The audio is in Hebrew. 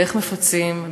ואיך מפצים?